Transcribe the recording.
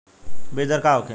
बीजदर का होखे?